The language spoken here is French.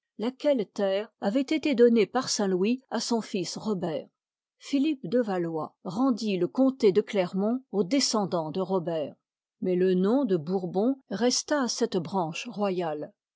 laquelle terre avoit été donnée par saint-louis à son fils robert philippe de yalois rendit le comté de clermont aux descendansde robert mais le nom de bourbon resta à cette branche royale